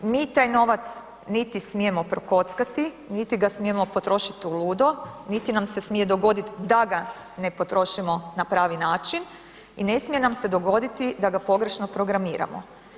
Mi taj novac niti smijemo prokockati niti ga smijemo potrošit uludo niti nam se smije dogoditi da ga ne potrošimo na pravi način i ne smije nam se dogoditi da ga pogrešno programiramo.